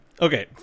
okay